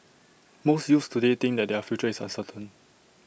most youths today think that their future is uncertain